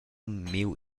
miu